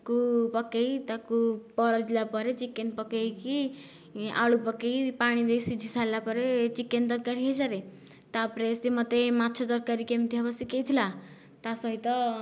କୁ ପକାଇ ତାକୁ ପରଝିଲା ପରେ ଚିକେନ ପକାଇକି ଆଳୁ ପକାଇ ପାଣି ଦେଇ ସିଝି ସାରିଲା ପରେ ଚିକେନ ତରକାରୀ ହୋଇସାରେ ତାପରେ ସେ ମୋତେ ମାଛ ତରକାରୀ କେମିତି ହେବ ଶିଖାଇଥିଲା ତା ସହିତ